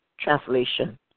translation